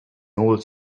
old